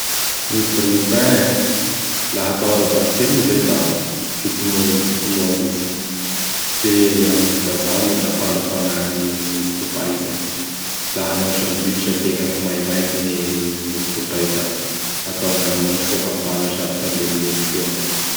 Gny grille pain! Laha atao ara-bakiteny moa izay da fitonoa mofo, fe amin' gny vazaha moa da fanafana mofodopay izay. Laha hanao sandwitch ategna ka maimaiky gny mofodipay da atao agnaminy ao soa hafana sady halemilemy soa.